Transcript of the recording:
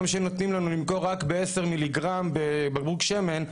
נותנים לנו למכור 10 מיליגרם בבקבוק שמן,